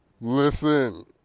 Listen